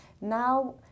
Now